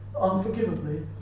unforgivably